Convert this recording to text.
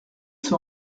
son